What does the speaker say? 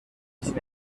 sin